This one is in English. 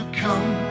come